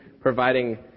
providing